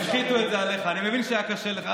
הנחיתו את עליך, אני מבין שהיה קשה לך.